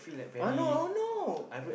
I know I know